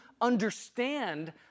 understand